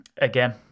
Again